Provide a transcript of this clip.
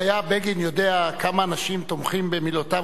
אם היה בגין יודע כמה אנשים תומכים במילותיו,